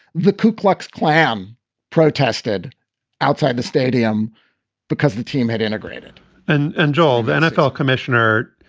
the ku klux klan protested outside the stadium because the team had integrated and and joel, the nfl commissioner,